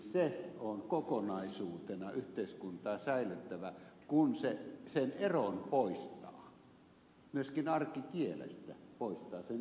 se on kokonaisuutena yhteiskuntaa säilyttävä kun sen eron poistaa myöskin arkikielestä poistaa sen eron